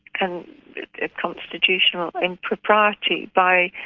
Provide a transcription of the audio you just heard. and a constitutional impropriety, by